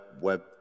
web